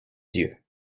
dieu